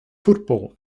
football